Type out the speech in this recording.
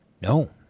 no